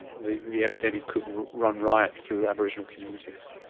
the the epidemic could run riot through aboriginal communities.